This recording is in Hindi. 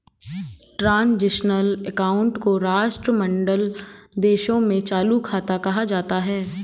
ट्रांजिशनल अकाउंट को राष्ट्रमंडल देशों में चालू खाता कहा जाता है